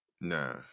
Nah